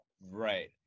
Right